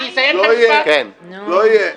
לא יהיה.